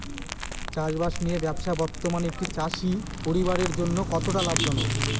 চাষবাষ নিয়ে ব্যবসা বর্তমানে একটি চাষী পরিবারের জন্য কতটা লাভজনক?